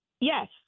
Yes